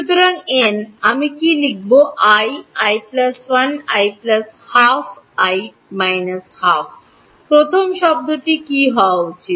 সুতরাং এন আমি কী লিখব i i 1 i 12 i 12 প্রথম শব্দটি কী হওয়া উচিত